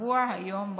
כקבוע היום בחוק.